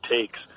takes